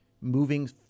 moving